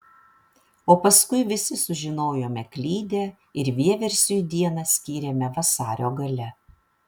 o paskui visi sužinojome klydę ir vieversiui dieną skyrėme vasario gale